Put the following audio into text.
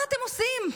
מה אתם עושים?